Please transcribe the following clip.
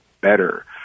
better